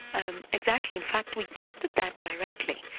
and exactly. in fact we tested that directly.